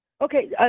Okay